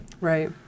Right